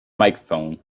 microphone